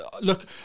Look